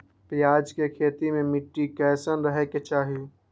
प्याज के खेती मे मिट्टी कैसन रहे के चाही?